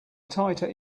tighter